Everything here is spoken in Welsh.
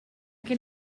gen